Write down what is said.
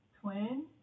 twin